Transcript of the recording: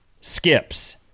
skips